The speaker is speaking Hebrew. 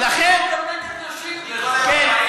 ולכן,